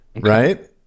right